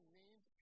names